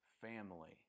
family